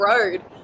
road